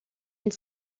une